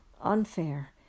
unfair